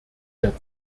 der